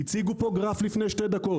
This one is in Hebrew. הציגו פה גרף לפני שתי דקות.